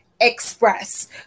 Express